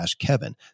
kevin